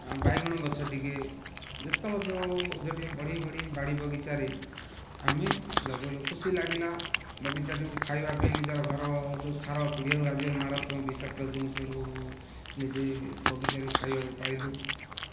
ବାଇଗଣ ଗଛ ଟିକିଏ ଯେତେବେଳେ ଯେଉଁ ଯେ ଟିକେ ବଢ଼େଇ ବଢ଼େଇ ବାଡ଼ି ବଗିଚାରେ ଆମେ ଲଗାଇଲୁ ଖୁସି ଲାଗିଲା ବଗିଚାଟିକୁ ଖାଇବା ପାଇଁ ନିଜର ଘର ଯେଉଁ ସାର ପିଡ଼ିଆରୁ ମାରତ୍ମକ ବିଷାକ୍ତ ଜିନିଷରୁ ନିଜେ ବଗିଚାରେ ଖାଇବାକୁ ପାଇଲୁ